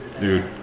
Dude